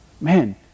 Man